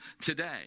today